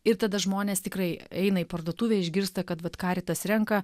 ir tada žmonės tikrai eina į parduotuvę išgirsta kad vat karitas renka